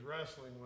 wrestling